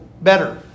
better